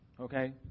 Okay